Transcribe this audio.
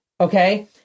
Okay